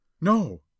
no